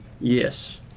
Yes